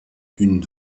une